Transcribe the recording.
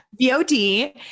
VOD